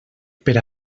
per